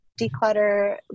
declutter